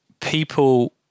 people